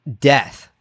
death